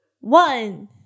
One